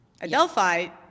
Adelphi